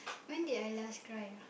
when did I last cry